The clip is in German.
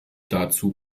dazu